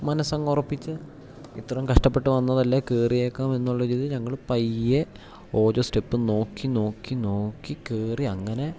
മനസ്സ് അങ്ങ് ഉറപ്പിച്ചു ഇത്രയും കഷ്ടപ്പെട്ട് വന്നതല്ലേ കയറിയേക്കാം എന്നുള്ള ഒരു ഇത് ഞങ്ങൾ പയ്യെ ഓരോ സ്റ്റെപ്പ് നോക്കി നോക്കി നോക്കി കയറി അങ്ങനെ